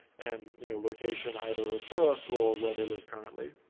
and location either of birth or where they live currently.